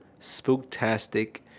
Spooktastic